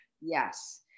Yes